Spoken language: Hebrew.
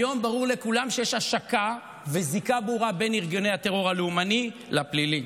היום ברור לכולם שיש השקה וזיקה ברורה בין ארגוני הטרור הלאומני לפלילי.